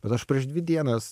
bet aš prieš dvi dienas